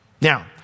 Now